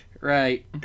right